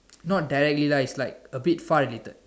not directly lah it's like a bit far related